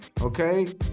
okay